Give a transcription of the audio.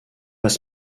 pas